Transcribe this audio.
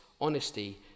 honesty